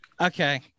Okay